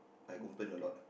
I complain a lot